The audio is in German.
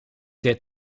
der